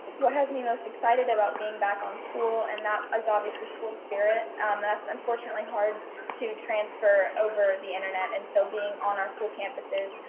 what has me most excited about being back on school and that is obviously school spirit. and that's unfortunately hard to transfer over the internet. and so being on our school campuses,